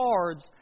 cards